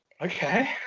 Okay